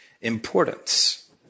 importance